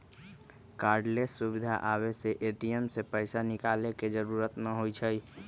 cardless सुविधा आबे से ए.टी.एम से पैसा निकाले के जरूरत न होई छई